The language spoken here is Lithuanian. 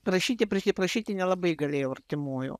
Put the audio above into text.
prašyti prisiprašyti nelabai galėjau artimųjų